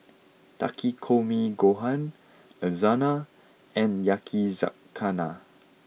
Takikomi gohan Lasagna and Yakizakana